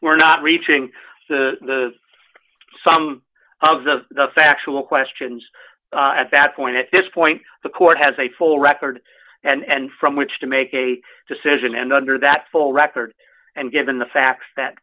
we're not reaching some of the factual questions at that point at this point the court has a full record and from which to make a decision and under that full record and given the facts that